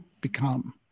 become